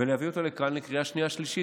ולהביא אותו לכאן לקריאה שנייה ושלישית.